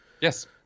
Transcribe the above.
Yes